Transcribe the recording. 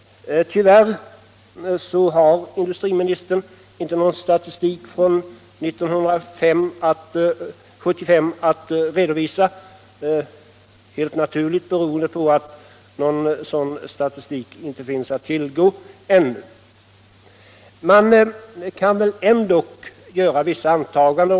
Tyvärr har industriministern inte någon statistik från 1975 att redovisa, beroende på att en sådan statistik ännu inte finns att tillgå. Men man kan ändå göra vissa antaganden.